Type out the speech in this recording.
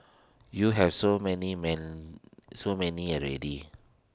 you have so many man so many already